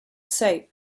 soap